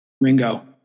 Ringo